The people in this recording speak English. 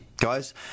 Guys